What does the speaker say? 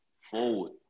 Forward